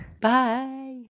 bye